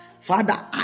Father